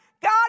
God